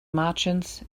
martians